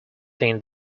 thing